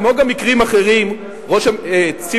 כמו גם מקרים אחרים ציפי,